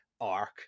arc